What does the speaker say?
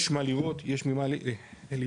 יש מה לראות, יש ממה להתרשם.